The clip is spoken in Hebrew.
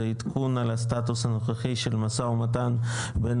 זה עדכון על הסטטוס הנוכחי של משא ומתן בין